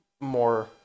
more